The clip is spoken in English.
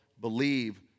believe